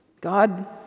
God